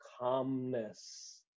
calmness